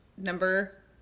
number